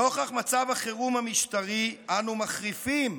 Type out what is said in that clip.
נוכח מצב החירום המשטרי, אנו מחריפים